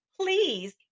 Please